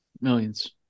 millions